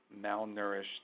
malnourished